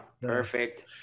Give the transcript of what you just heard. Perfect